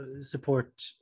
support